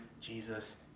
Jesus